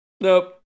nope